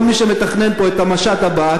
כל מי שמתכנן פה את המשט הבא,